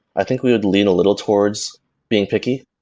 i think we would lean a little towards being picky,